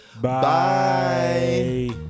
Bye